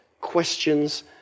questions